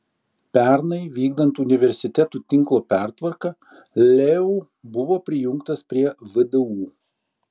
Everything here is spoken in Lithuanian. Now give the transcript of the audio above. pernai vykdant universitetų tinklo pertvarką leu buvo prijungtas prie vdu